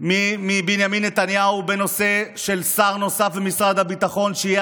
מבנימין נתניהו בנושא של שר נוסף במשרד הביטחון שיהיה